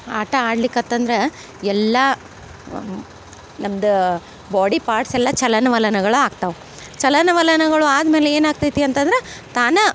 ಆಟ ಆಡ್ಲಿಕ್ಕಾತಂದ್ರೆ ಎಲ್ಲ ನಮ್ದು ಬಾಡಿ ಪಾರ್ಟ್ಸೆಲ್ಲ ಚಲನವಲನಗಳು ಆಗ್ತವೆ ಚಲನವಲನಗಳು ಆದ ಮೇಲೆ ಏನಾಗ್ತೈತಿ ಅಂತಂದ್ರೆ ತಾನೇ